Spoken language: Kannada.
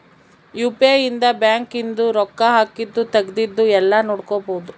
ಯು.ಪಿ.ಐ ಇಂದ ಬ್ಯಾಂಕ್ ಇಂದು ರೊಕ್ಕ ಹಾಕಿದ್ದು ತೆಗ್ದಿದ್ದು ಯೆಲ್ಲ ನೋಡ್ಬೊಡು